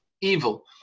evil